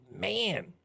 man